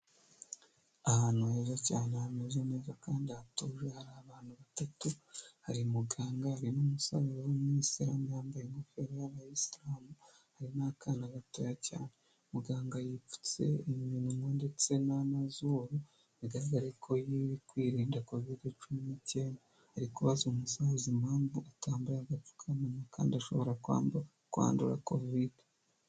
Ahantu heza cyane hameze neza kandi hatuje hari abantu batatu hari umuganga hari n'umusaza w’umusilamu yambaye ingofero y'abasilamu hari n'akana gatoya muganga yipfutse iminwa ndetse n'amazuru bigaragare ko yari arimo kwirinda covid cumi n'icyenda ari kubaza umusaza impamvu atambaye agapfukamunwa kandi ashobora kwandura covid.